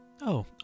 Oh